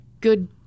good